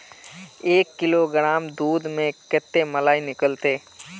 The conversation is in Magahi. एक किलोग्राम दूध में कते मलाई निकलते?